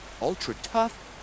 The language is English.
ultra-tough